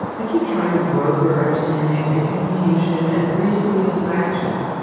i keep trying to broker understanding and communication and grease the wheels of action.